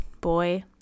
boy